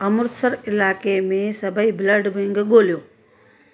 अमृतसर इलाइक़े में सभई ब्लड बैंक ॻोल्हियो